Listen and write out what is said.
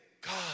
God